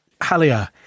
Halia